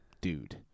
dude